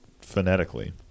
phonetically